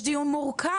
יש דיון מורכב,